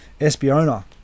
Espiona